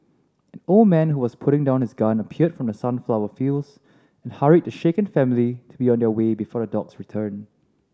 an old man who was putting down his gun appeared from the sunflower fields and hurried the shaken family to be on their way before the dogs return